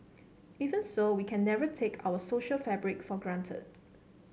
even so we can never take our social fabric for granted